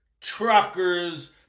truckers